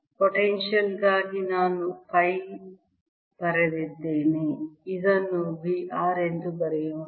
potential ಗಾಗಿ ನಾನು pi ಬರೆದಿದ್ದೇನೆ ಇದನ್ನು V r ಎಂದು ಬರೆಯೋಣ